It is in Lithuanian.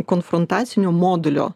konfrontacinių modulio